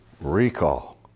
recall